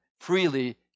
freely